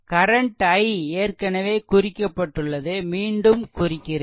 current I ஏற்கனவே குறிக்கப்பட்டுள்ளது மீண்டும் குறிக்கிறேன்